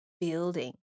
building